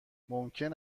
ممکن